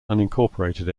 unincorporated